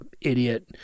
idiot